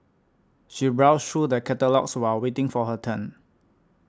she browsed through the catalogues while waiting for her turn